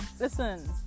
listen